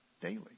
daily